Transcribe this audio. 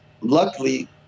Luckily